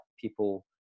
people